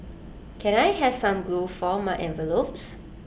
can I have some glue for my envelopes